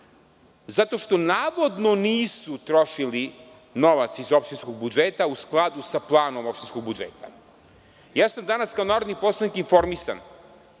zato što, navodno, nisu trošili novac iz opštinskog budžeta u skladu sa planom opštinskog budžeta? Ja sam danas kao narodni poslanik informisan